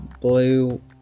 blue